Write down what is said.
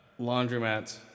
Laundromats